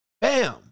Bam